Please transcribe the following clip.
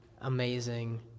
amazing